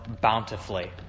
bountifully